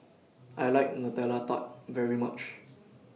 I like Nutella Tart very much